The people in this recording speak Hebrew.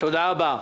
תודה רבה.